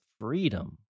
freedom